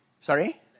Sorry